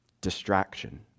Distraction